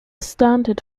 standard